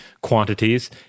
quantities